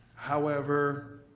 however,